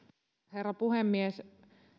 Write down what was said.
herra puhemies